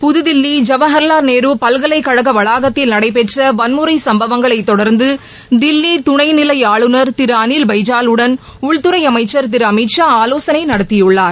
புதுதில்லி ஜவஹர்லால் நேரு பல்கலைக்கழக வளாகத்தில் நடைபெற்ற வன்முறை தொடர்ந்து சம்பவங்களை தில்லி நிலை துணை ஆளுநர் திரு அனில் பைஜாலுடன் உள்துறை அமைச்சர் திரு அமித் ஷா ஆலோசனை நடத்தியுள்ளார்